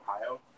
Ohio